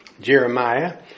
Jeremiah